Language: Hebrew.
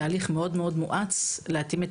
בתהליך מאוד-מאוד מואץ,